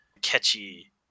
catchy